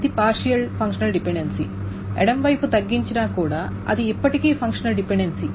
ఇది partial functional dependency ఎడమ వైపు తగ్గించినా కూడా అది ఇప్పటికీ ఫంక్షనల్ డిపెండెన్సీ